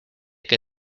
que